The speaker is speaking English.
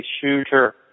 shooter